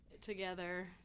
together